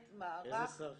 -- איזה שר חינוך?